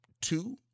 two